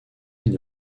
une